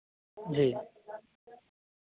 जी